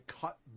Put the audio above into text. cut